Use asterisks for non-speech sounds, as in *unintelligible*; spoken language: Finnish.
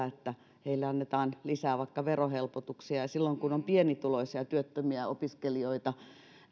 *unintelligible* että heille annetaan lisää vaikka verohelpotuksia ja silloin kun on pienituloisia työttömiä opiskelijoita